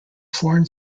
foreign